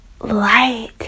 light